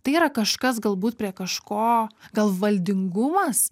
tai yra kažkas galbūt prie kažko gal valdingumas